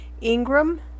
Ingram